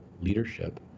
leadership